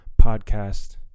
podcast